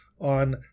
on